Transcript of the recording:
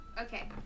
Okay